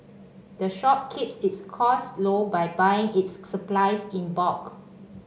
the shop keeps its costs low by buying its supplies in bulk